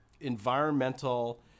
environmental